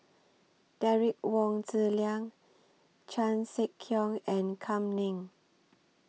Derek Wong Zi Liang Chan Sek Keong and Kam Ning